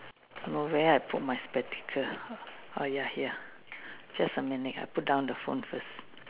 where I put my spectacle oh ya here just a minute I put down the phone first